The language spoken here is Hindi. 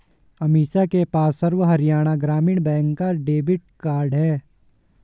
अमीषा के पास सर्व हरियाणा ग्रामीण बैंक का डेबिट कार्ड है